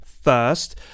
first